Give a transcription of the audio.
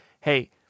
hey